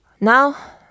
now